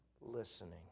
listening